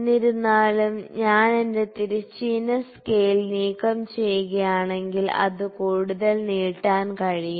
എന്നിരുന്നാലും ഞാൻ എന്റെ തിരശ്ചീന സ്കെയിൽ നീക്കംചെയ്യുകയാണെങ്കിൽ അത് കൂടുതൽ നീട്ടാൻ കഴിയും